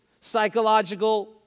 psychological